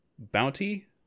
Bounty